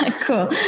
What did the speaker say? Cool